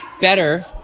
better